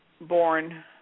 born